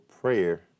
prayer